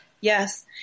Yes